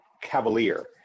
cavalier